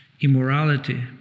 immorality